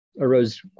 arose